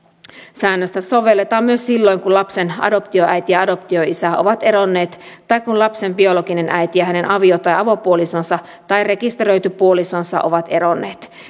säännöstä sovelletaan myös silloin kun lapsen adoptioäiti ja adoptioisä ovat eronneet tai kun lapsen biologinen äiti ja hänen avio tai avopuolisonsa tai rekisteröity puolisonsa ovat eronneet